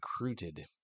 recruited